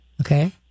Okay